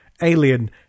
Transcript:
Alien